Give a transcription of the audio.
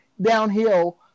downhill